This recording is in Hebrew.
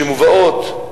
כשמובאות,